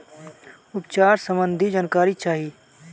उपचार सबंधी जानकारी चाही?